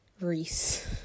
Reese